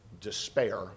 despair